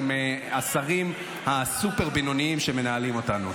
עם השרים הסופר-בינוניים שמנהלים אותנו.